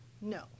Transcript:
No